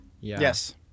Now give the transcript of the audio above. Yes